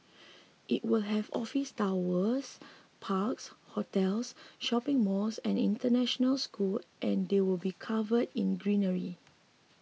it will have office towers parks hotels shopping malls and an international school and they will be covered in greenery